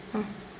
ah